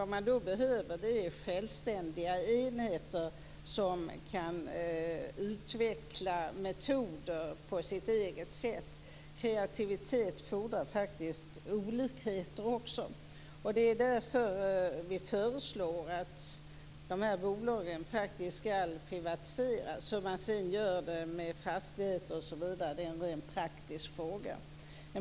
Det behövs självständiga enheter som kan utveckla metoder på sitt eget sätt. Kreativitet fordrar faktiskt olikhet. Det är därför vi föreslår att bolagen skall privatiseras. Hur det sedan går till med fastigheter osv. är en rent praktisk fråga.